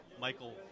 Michael